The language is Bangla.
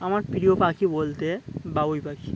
আমার প্রিয় পাখি বলতে বাবুই পাখি